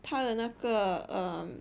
他的那个 um